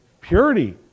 Purity